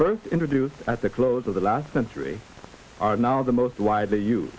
both introduced at the close of the last century are now the most widely you